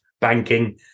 banking